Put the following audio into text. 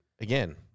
again